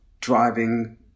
driving